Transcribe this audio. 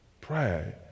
Pray